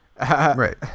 Right